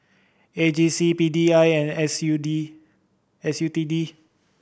A G C P D I and S U D S U T D